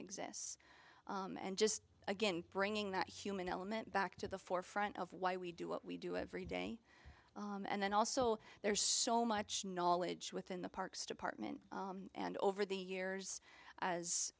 exists and just again bringing that human element back to the forefront of why we do what we do every day and then also there's so much knowledge within the parks department and over the years as